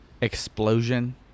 explosion